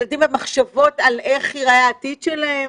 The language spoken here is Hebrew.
ילדים במחשבות על איך ייראה העתיד שלהם,